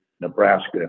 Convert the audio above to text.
Nebraska